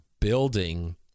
building